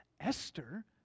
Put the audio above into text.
Esther